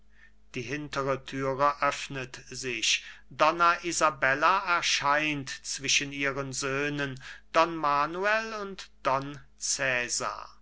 die hintere thüre öffnet sich donna isabella erscheint zwischen ihren söhnen don manuel und